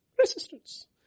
Resistance